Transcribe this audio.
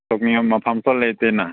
ꯆꯠꯅꯤꯡꯉꯥꯏ ꯃꯐꯝꯁꯨ ꯂꯩꯇꯦꯅꯥ